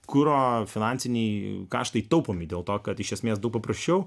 kuro finansiniai kaštai taupomi dėl to kad iš esmės daug paprasčiau